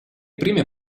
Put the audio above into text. prime